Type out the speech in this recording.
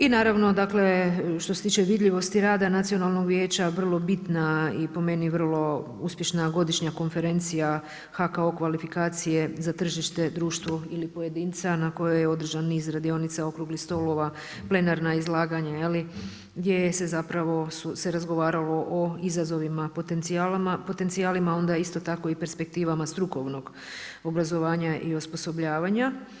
I naravno što se tiče vidljivosti rada Nacionalnog vijeća, vrlo bitna i po meni, vrlo uspješna godišnja konferencija HKO kvalifikacije za tržište, društvo ili pojedinca na kojoj je održan niz radionica, okruglih stolova, plenarna izlaganja gdje se zapravo razgovaralo o izazovima, potencijalima onda isto tako perspektivama strukovnog obrazovanja i osposobljavanja.